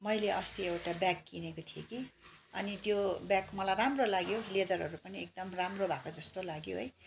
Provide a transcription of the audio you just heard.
मैले अस्ति एउटा ब्याग किनेको थिएँ कि अनि त्यो ब्याग मलाई राम्रो लाग्यो लेदरहरू पनि एकदम राम्रो भएको जस्तो लाग्यो है